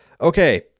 Okay